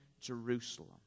Jerusalem